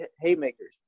haymakers